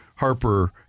Harper